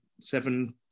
seven